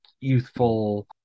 youthful